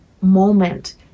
moment